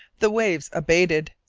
the waves abated,